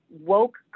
woke